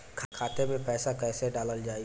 खाते मे पैसा कैसे डालल जाई?